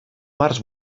març